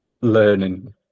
learning